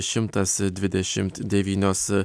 šimtas dvidešimt devynios